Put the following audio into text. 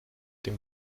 dem